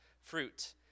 fruit